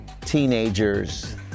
teenagers